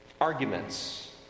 arguments